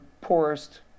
poorest